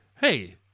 hey